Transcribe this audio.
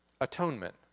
atonement